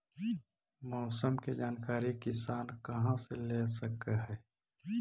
मौसम के जानकारी किसान कहा से ले सकै है?